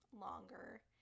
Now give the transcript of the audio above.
longer